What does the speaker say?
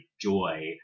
joy